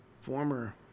former